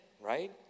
right